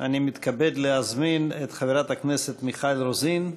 אני מתכבד להזמין את חברת הכנסת מיכל רוזין.